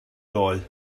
ddoe